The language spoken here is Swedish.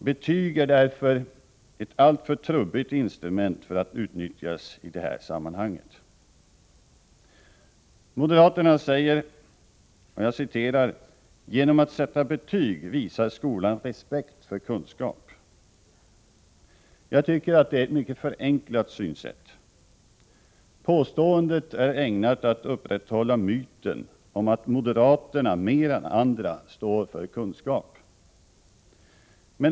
Betyg är därför ett alltför trubbigt instrument för att utnyttjas i detta sammanhang. Moderaterna säger: ”Genom att sätta betyg visar skolan respekt för kunskap.” Jag tycker att det är ett mycket förenklat synsätt. Påståendet är ägnat att upprätthålla myten om att moderaterna mer än andra står för kunskap.